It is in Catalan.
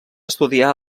estudiar